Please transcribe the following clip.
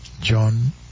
John